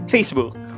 Facebook